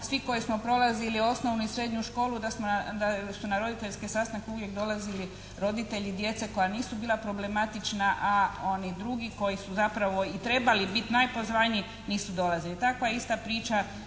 svi koji smo prolazili osnovnu i srednju školu da su na roditeljske sastanke uvijek dolazili roditelji djece koja nisu bila problematična a oni drugi koji su zapravo i trebali biti najpozvaniji nisu dolazili. Takva je ista priča